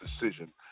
decision